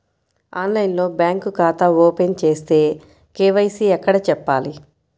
ఆన్లైన్లో బ్యాంకు ఖాతా ఓపెన్ చేస్తే, కే.వై.సి ఎక్కడ చెప్పాలి?